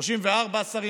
34 שרים,